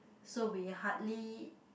so we hardly